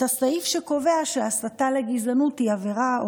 הסעיף שקובע שהסתה לגזענות היא עבירה,